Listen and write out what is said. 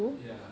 ya